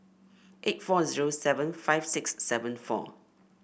eight four zero seven five six seven four